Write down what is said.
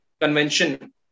convention